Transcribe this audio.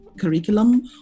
curriculum